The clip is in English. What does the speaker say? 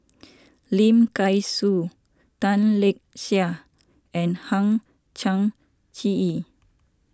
Lim Kay Siu Tan Lark Sye and Hang Chang Chieh